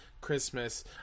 Christmas